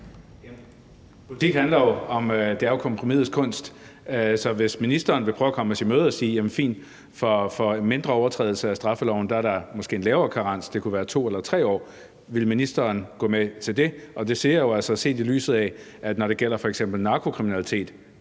Politik er jo kompromisets kunst, så vil ministeren prøve at komme os i møde ved at sige, at ved en mindre overtrædelse af straffeloven er der en lavere karensperiode, som kunne være 2 eller 3 år? Vil ministeren gå med til det? Og det siger jeg jo, set i lyset af at når det gælder f.eks. narkokriminalitet,